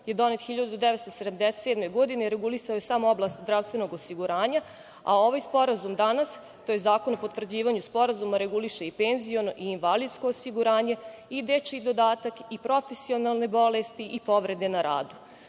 je donet 1977. godine i regulisao je samo oblast zdravstvenog osiguranja, a ovaj sporazum danas, tj. Zakon o potvrđivanju Sporazuma, reguliše i penziono i invalidsko osiguranje i dečiji dodatak i profesionalne bolesti i povrede na